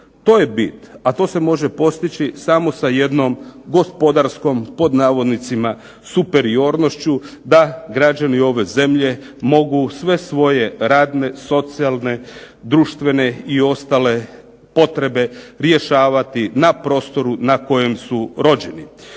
To je bit, a to se može postići samo sa jednom gospodarskom, pod navodnicima "superiornošću", da građani ove zemlje mogu sve svoje radne, socijalne, društvene i ostale potrebe rješavati na prostoru na kojem su rođeni.